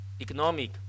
economic